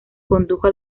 condujo